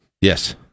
Yes